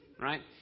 right